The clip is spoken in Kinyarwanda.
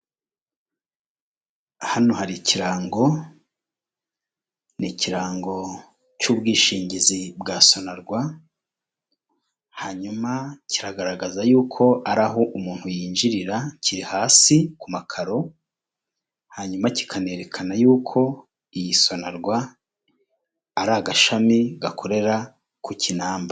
Hano hari ikirango, ni ikirango cy'ubwishingizi bwa Sonarwa, hanyuma kiragaragaza yuko ari aho umuntu yinjirira, kiri hasi ku makaro. Hanyuma kikanerekana yuko iyi Sonarwa ari agashami gakorera ku Kinamba.